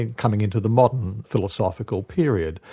and coming into the modern philosophical period,